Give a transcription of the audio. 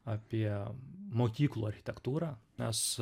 apie mokyklų architektūrą nes